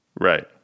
Right